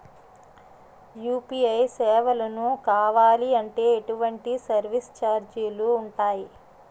UPI సేవలను కావాలి అంటే ఎటువంటి సర్విస్ ఛార్జీలు ఉంటాయి?